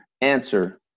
answer